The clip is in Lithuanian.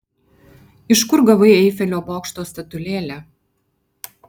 iš kur gavai eifelio bokšto statulėlę